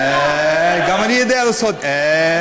אה, גם אני יודע לעשות "אה".